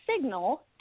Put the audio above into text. signal